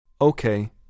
Okay